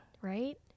Right